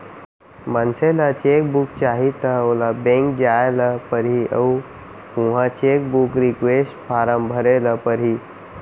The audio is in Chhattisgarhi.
मनसे ल चेक बुक चाही त ओला बेंक जाय ल परही अउ उहॉं चेकबूक रिक्वेस्ट फारम भरे ल परही